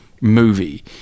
movie